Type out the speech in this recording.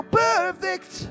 perfect